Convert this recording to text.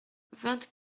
vingt